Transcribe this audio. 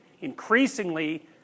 increasingly